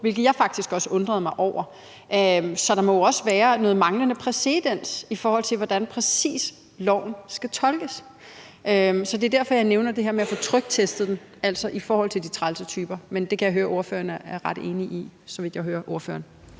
hvilket jeg faktisk også undrede mig over. Så der må jo også være noget manglende præcedens, i forhold til præcis hvordan loven skal tolkes. Så det er derfor, jeg nævner det her med at få tryktestet den, altså i forhold til de trælse typer, men det er ordføreren ret enig i, så vidt jeg hører ordføreren.